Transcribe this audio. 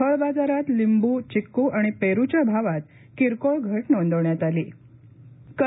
फळ बाजारात लिंबू चिक्क् आणि पेरूच्या भावात किरकोळ घ नोंदवण्यात आली आहे